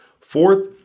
Fourth